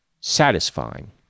satisfying